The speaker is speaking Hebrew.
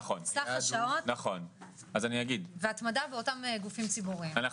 סך השעות והתמדה באותם גופים ציבוריים.